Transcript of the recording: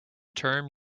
term